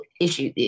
issue